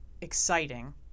exciting